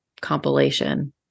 compilation